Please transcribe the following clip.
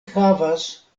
havas